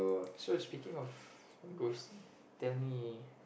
so speaking of ghost tell me